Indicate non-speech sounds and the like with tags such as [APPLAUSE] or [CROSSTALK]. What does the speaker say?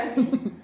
[LAUGHS]